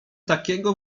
takiego